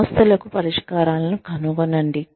సమస్యలకు పరిష్కారాలను కనుగొనండి